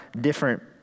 different